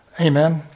Amen